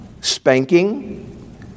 spanking